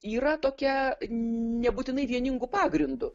yra tokia nebūtinai vieningu pagrindu